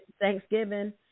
thanksgiving